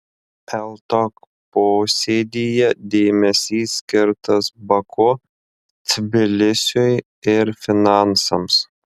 ltok posėdyje dėmesys skirtas baku tbilisiui ir finansams